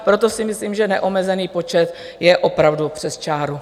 Proto si myslím, že neomezený počet je opravdu přes čáru.